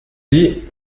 dit